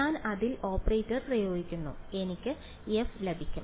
ഞാൻ അതിൽ ഓപ്പറേറ്റർ പ്രയോഗിക്കുന്നു എനിക്ക് f ലഭിക്കും